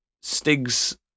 Stig's